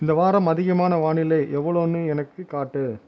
இந்த வாரம் அதிகமான வானிலை எவ்வளோனு எனக்குக் காட்டு